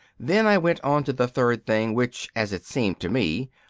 then i went on to the third thing, which, as it seemed to me,